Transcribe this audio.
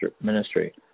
ministry